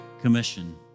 Commission